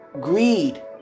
Greed